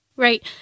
Right